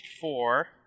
Four